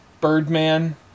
Birdman